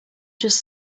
just